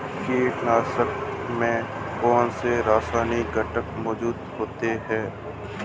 कीटनाशकों में कौनसे रासायनिक घटक मौजूद होते हैं?